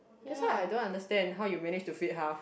that's why I don't understand how you manage to fit half